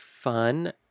fun